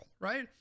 right